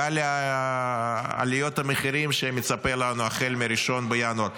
לגל עליות המחירים שמצפה לנו החל מ-1 בינואר,